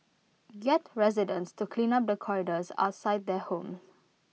get residents to clean up the corridors outside their homes